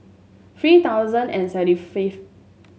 three thousand and seventy fifth